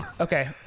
Okay